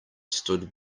stood